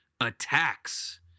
attacks